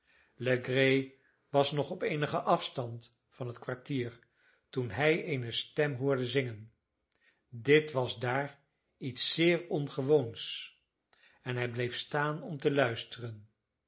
legree was nog op eenigen afstand van het kwartier toen hij eene stem hoorde zingen dit was daar iets zeer ongewoons en hij bleef staan om te luisteren